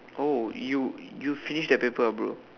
oh you you finished that paper ah bro